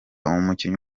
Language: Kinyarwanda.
umukinnyi